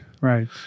Right